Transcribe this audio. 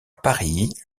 paris